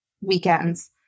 weekends